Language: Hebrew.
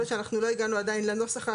להיות שאנחנו לא הגענו עדיין לנוסח המדויק,